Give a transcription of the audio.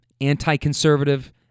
anti-conservative